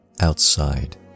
outside